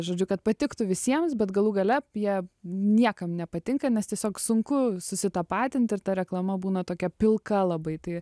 žodžių kad patiktų visiems bet galų gale jie niekam nepatinka nes tiesiog sunku susitapatint ir ta reklama būna tokia pilka labai tai